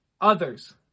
others